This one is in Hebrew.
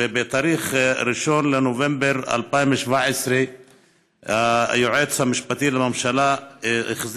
ובתאריך 1 בנובמבר 2017 החזיר היועץ המשפטי לממשלה את